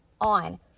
on